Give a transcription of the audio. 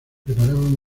preparaban